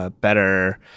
better